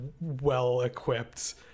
well-equipped